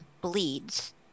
bleeds